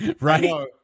right